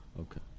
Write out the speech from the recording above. Okay